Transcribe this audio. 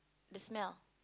the smell